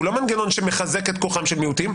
הוא לא מנגנון שמחזק את כוחם של מיעוטים.